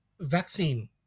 vaccine